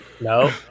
No